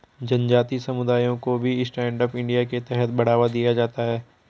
जनजाति समुदायों को भी स्टैण्ड अप इंडिया के तहत बढ़ावा दिया जाता है